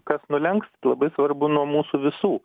kas nulenks labai svarbu nuo mūsų visų